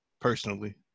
personally